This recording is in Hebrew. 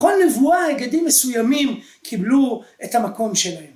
‫כל נבואה היגדים מסויימים ‫קיבלו את המקום שלהם.